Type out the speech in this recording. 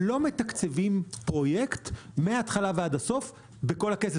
לא מתקצבים פרויקט מהתחלה ועד הסוף בכל הכסף.